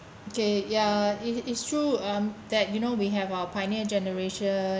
okay ya it it's true um that you know we have our pioneer generation